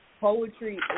Poetry